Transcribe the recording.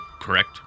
correct